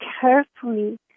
carefully